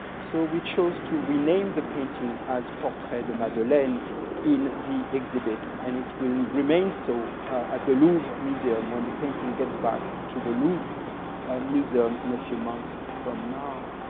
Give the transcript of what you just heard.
so we chose to rename the painting as portrait de madeleine in the exhibit, and it will remain so at the louvre museum, when the painting gets back to the louvre museum in a few months from now.